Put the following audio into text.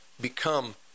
become